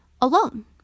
alone